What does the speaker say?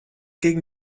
gegen